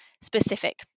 specific